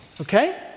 okay